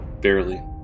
Barely